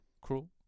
cruel